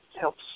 helps